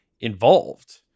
involved